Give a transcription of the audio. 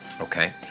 Okay